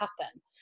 happen